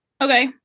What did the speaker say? Okay